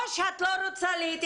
או שאת לא רוצה להתייחס.